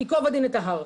ייקוב הדין את ההר,